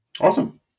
Awesome